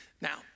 Now